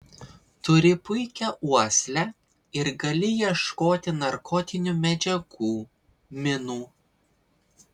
turi puikią uoslę ir gali ieškoti narkotinių medžiagų minų